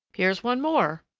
here's one more!